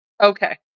Okay